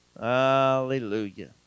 Hallelujah